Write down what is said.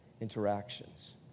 interactions